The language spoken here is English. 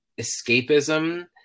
escapism